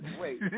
Wait